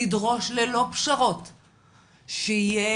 לדרוש ללא פשרות שיהיה,